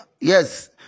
Yes